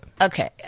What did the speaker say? Okay